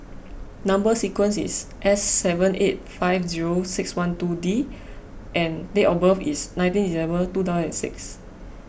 Number Sequence is S seven eight five zero six one two D and date of birth is nineteen December two thousand six